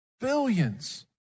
billions